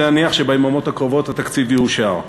יש להניח שביממות הקרובות התקציב יאושר.